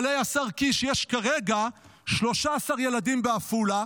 אבל השר קיש, יש כרגע 13 ילדים בעפולה,